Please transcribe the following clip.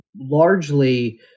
largely